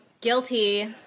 Guilty